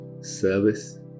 service